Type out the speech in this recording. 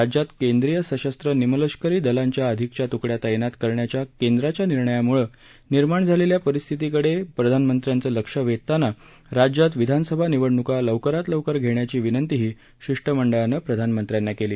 राज्यात केंद्रीय सशस्त्र निमलष्करी दलांच्या अधिकच्या त्कड्या तैनात करण्याच्या कैंद्राच्या निर्णयाम्ळं निर्माण झालेल्या परिस्थितीकडे प्रधानमंत्र्यांचं लक्ष वेधताना राज्यात विधानसभा निवडणूका लवकरात लवकर घेण्याची विनंतीही शिष्टमंडळानं प्रधानमंत्र्यांना केली